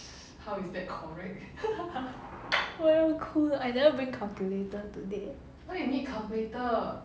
我要哭了 I never bring calculator today